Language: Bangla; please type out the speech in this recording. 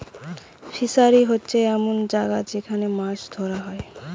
ফিসারী হোচ্ছে এমন জাগা যেখান মাছ ধোরা হয়